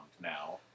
now